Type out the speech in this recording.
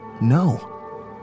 no